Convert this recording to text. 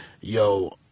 yo